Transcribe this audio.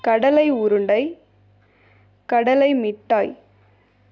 கடலை உருண்டை கடலை மிட்டாய்